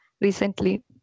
recently